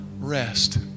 rest